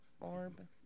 orb